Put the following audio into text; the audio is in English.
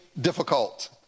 difficult